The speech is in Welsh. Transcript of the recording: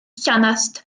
llanast